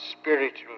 spiritual